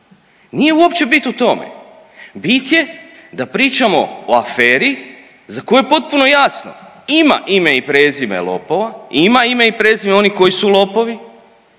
nije uopće bit u tome, bit je da pričamo o aferi za koju je potpuno jasno, ima ime i prezime lopova, ima ime i prezime onih koji su lopovi,